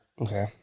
Okay